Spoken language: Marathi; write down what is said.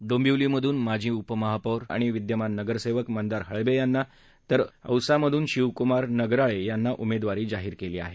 डोंबिवलीतून माजी उपमहापौर आणि विद्यमान नगरसेवक मंदार हळबेयांना तर औसामधून शिवकुमार नगराळे यांना उमेदवारी जाहीर केली आहे